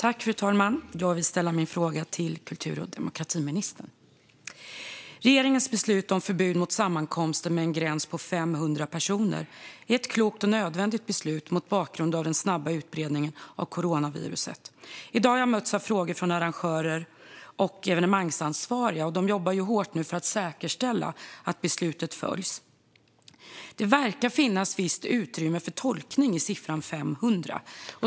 Fru talman! Jag vill ställa min fråga till kultur och demokratiministern. Regeringens beslut om förbud mot sammankomster med fler än 500 personer är ett klokt och nödvändigt beslut mot bakgrund av den snabba utbredningen av coronaviruset. I dag har jag mötts av frågor från arrangörer och evenemangsansvariga. De jobbar nu hårt för att säkerställa att beslutet följs. Det verkar finns ett visst utrymme för tolkning av siffran 500.